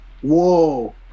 whoa